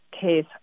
case